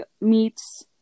meets